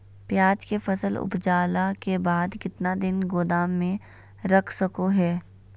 प्याज के फसल उपजला के बाद कितना दिन गोदाम में रख सको हय?